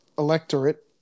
electorate